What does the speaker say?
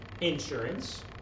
insurance